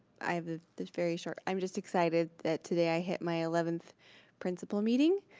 i have a very short, i'm just excited that today i hit my eleventh principle meeting.